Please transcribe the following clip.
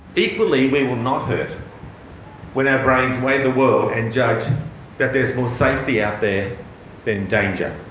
equally we will not hurt when our brains weigh the world and judge that there's more safety out there than danger.